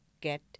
get